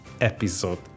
episode